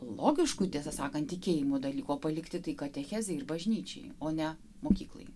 logiškų tiesą sakant tikėjimo dalykų palikti tai katechezei ir bažnyčiai o ne mokyklai